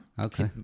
Okay